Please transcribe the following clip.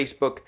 Facebook